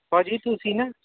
ਭਾਅ ਜੀ ਤੁਸੀਂ ਨਾ